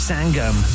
Sangam